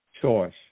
choice